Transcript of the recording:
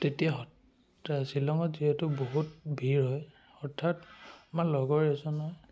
তেতিয়া তা শ্বিলঙত যিহেতু বহুত ভিৰ হয় অৰ্থাৎ আমাৰ লগৰ এজনে